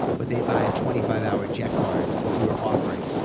but they'd buy a twenty five hour jet card, what we were offering.